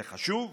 זה חשוב,